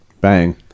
bang